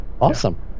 awesome